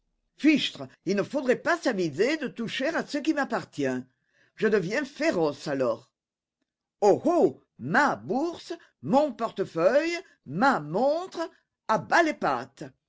fichtre il ne faudrait pas s'aviser de toucher à ce qui m'appartient je deviens féroce alors oh oh ma bourse mon portefeuille ma montre à bas les pattes